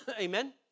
Amen